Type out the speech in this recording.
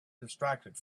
distracted